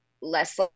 less